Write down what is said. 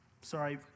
sorry